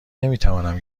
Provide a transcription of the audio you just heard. نمیتوانم